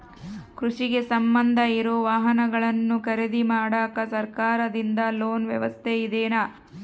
ಕೃಷಿಗೆ ಸಂಬಂಧ ಇರೊ ವಾಹನಗಳನ್ನು ಖರೇದಿ ಮಾಡಾಕ ಸರಕಾರದಿಂದ ಲೋನ್ ವ್ಯವಸ್ಥೆ ಇದೆನಾ?